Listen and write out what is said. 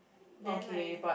then like